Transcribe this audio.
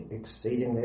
exceedingly